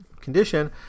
condition